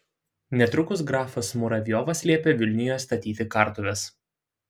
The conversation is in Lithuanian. netrukus grafas muravjovas liepė vilniuje statyti kartuves